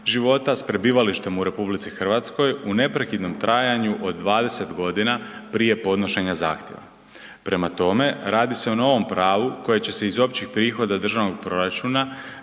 života s prebivalištem u RH u neprekidnom trajanju od 20 godina prije podnošenja zahtjeva. Prema tome, radi se o novom pravu koje će se iz općih prihoda državnog proračuna